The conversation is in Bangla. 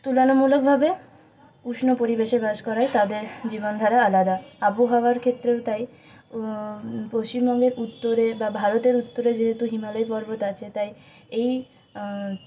তুলনামূলকভাবে উষ্ণ পরিবেশে বাস করায় তাদের জীবনধারা আলাদা আবহাওয়ার ক্ষেত্রেও তাই পশ্চিমবঙ্গের উত্তরে বা ভারতের উত্তরে যেহেতু হিমালয় পর্বত আছে তাই এই